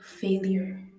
failure